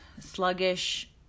sluggish